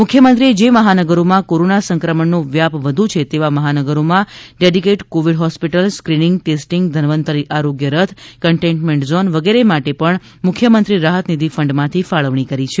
મુખ્યમંત્રીશ્રીએ જે મહાનગરોમાં કોરોના સંક્રમણનો વ્યાપ વધુ છે એવા મહાનગરોમાં dedicated covid hospital screening testing Dhanvantari આરોગ્ય રથ કન્ટેમેન્ટ ઝોન વગેરે માટે પણ મુખ્યમંત્રી રાહતનિધી ફંડમાંથી ફાળવણી કરી છે